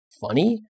funny